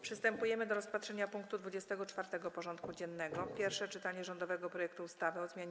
Przystępujemy do rozpatrzenia punktu 24. porządku dziennego: Pierwsze czytanie rządowego projektu ustawy o zmianie